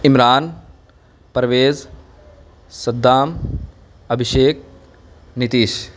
Imran Parvez Saddam Abhishek Nitish